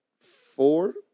four